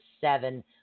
seven